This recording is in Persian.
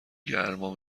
گرما